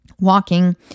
walking